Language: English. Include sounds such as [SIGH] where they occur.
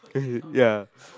[LAUGHS] ya